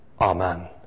Amen